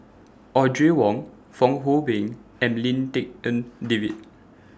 Audrey Wong Fong Hoe Beng and Lim Tik En David